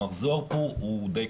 המחזור פה הוא די קבוע.